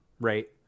right